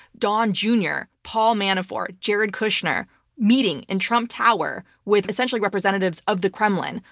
don junior, paul manafort, jared kushner meeting in trump tower with essentially representatives of the kremlin,